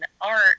art